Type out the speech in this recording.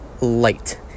light